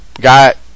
got